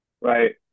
right